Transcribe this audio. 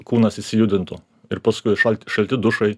kūnas išsijudintų ir paskui šalt šalti dušai